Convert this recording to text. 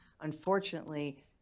Unfortunately